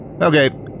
Okay